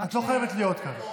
את לא חייבת להיות כאן,